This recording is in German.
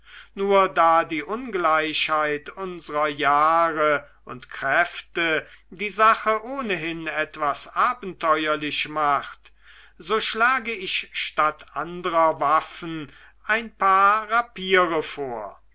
nur da die ungleichheit unsrer jahre und kräfte die sache ohnehin etwas abenteuerlich macht so schlage ich statt anderer waffen ein paar rapiere vor